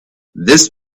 this